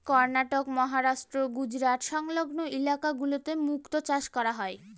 কর্ণাটক, মহারাষ্ট্র, গুজরাট সংলগ্ন ইলাকা গুলোতে মুক্তা চাষ করা হয়